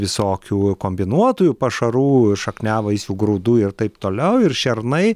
visokių kombinuotųjų pašarų šakniavaisių grūdų ir taip toliau ir šernai